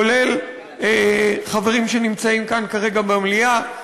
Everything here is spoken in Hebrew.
כולל חברים שנמצאים כאן כרגע במליאה.